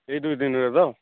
ଏହି ଦୁଇଦିନ ରେ ତ